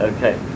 Okay